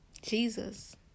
Jesus